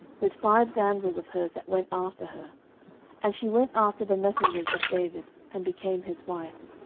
with five damsels of hers that went after her and she went after the messengers of david, and became his wife.